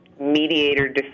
mediator